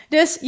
Dus